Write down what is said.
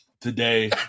today